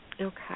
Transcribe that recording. Okay